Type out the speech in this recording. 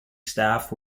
staff